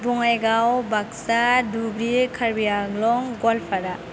बङाइगाव बागसा धुब्रि कार्बिआंलं गवालपारा